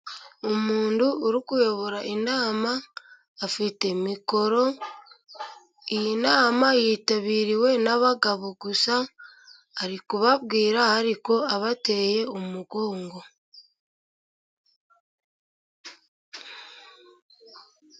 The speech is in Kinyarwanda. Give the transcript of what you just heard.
Umuntu uri kuyobora inama afite mikoro, iyi nama yitabiriwe n'abagabo gusa, ari kubabwira ariko abateye umugongo